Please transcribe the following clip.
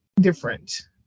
different